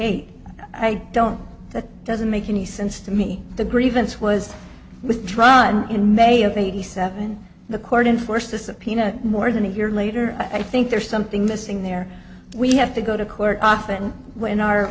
eight i don't that doesn't make any sense to me the grievance was withdrawn in may of eighty seven the court in first a subpoena more than a year later i think there's something missing there we have to go to court often when our